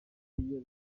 iyo